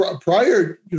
prior